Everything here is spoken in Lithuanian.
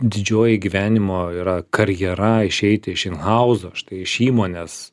didžioji gyvenimo yra karjera išeiti iš inhauzo štai iš įmonės